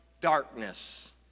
darkness